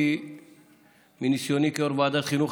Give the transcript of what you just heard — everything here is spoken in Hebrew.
כי מניסיוני כיו"ר ועדת החינוך,